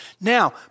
Now